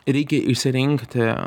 reikia išsirinkti